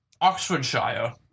Oxfordshire